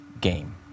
game